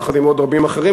יחד עם עוד רבים אחרים,